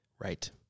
Right